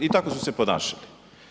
I tako su se ponašali.